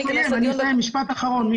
משפט אחרון.